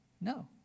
No